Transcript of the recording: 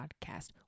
podcast